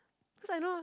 cause I know